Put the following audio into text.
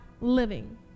living